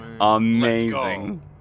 Amazing